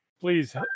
Please